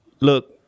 look